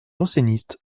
jansénistes